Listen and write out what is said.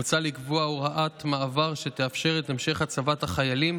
מוצע לקבוע הוראת מעבר שתאפשר את המשך הצבת החיילים